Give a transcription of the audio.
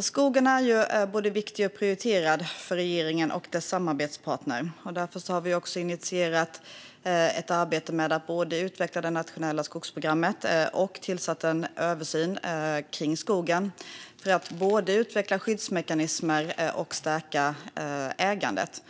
Skogen är både viktig och prioriterad för regeringen och dess samarbetspartner. Därför har vi också initierat ett arbete med att både utveckla det nationella skogsprogrammet och tillsätta en översyn när det gäller skogen för att utveckla skyddsmekanismer och stärka ägandet.